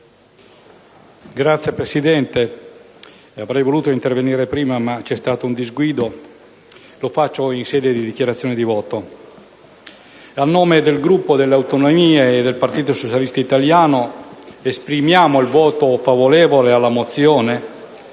Signor Presidente, avrei voluto intervenire prima, ma c'è stato un disguido e pertanto lo faccio in sede di dichiarazione di voto. A nome del Gruppo Per le Autonomie e del Partito Socialista Italiano dichiaro il voto favorevole sulla mozione,